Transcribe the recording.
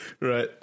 Right